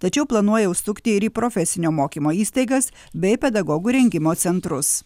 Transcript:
tačiau planuoja užsukti ir į profesinio mokymo įstaigas bei pedagogų rengimo centrus